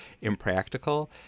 impractical